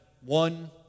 one